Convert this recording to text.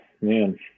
Man